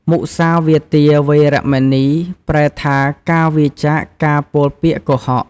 មុសាវាទា វេរមណី ប្រែថា ការវៀរចាកការពោលពាក្យកុហក។